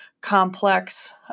complex